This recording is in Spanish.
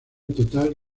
total